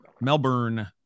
Melbourne